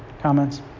comments